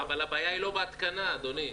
מאה אחוז, אבל הבעיה היא לא בהתקנה, אדוני.